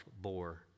bore